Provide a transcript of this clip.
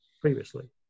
previously